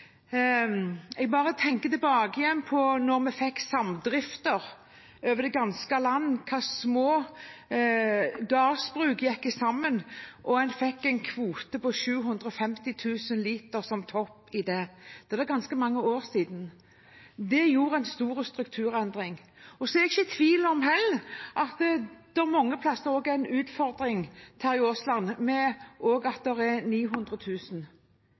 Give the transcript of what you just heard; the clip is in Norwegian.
Jeg bare tenker tilbake på da vi fikk samdrifter over det ganske land. Små gårdsbruk gikk sammen, og en fikk en kvote på 750 000 liter som topp. Det er ganske mange år siden. Det utgjorde en stor strukturendring. Til representanten Terje Aasland: Jeg er heller ikke i tvil om at det mange steder er en utfordring ved at det er 900 000 liter. Jeg er med på at